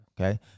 Okay